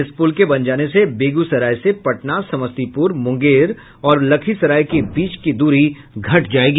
इस पुल के बन जाने से बेगूसराय से पटना समस्तीपूर मूंगेर और लखीसराय के बीच की दूरी घट जायेगी